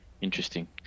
interesting